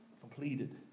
completed